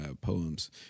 poems